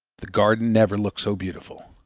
the garden never looked so beautiful.